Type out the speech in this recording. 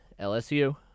LSU